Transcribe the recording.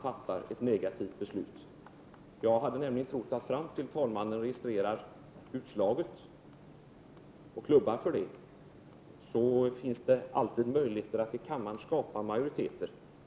ZH fattar ett för I 11 negativt beslut. Jag hade nämligen trott att fram till dess talmannen registrerar utslaget och klubbar för det finns det alltid möjligheter att i kammaren skapa en majoritet.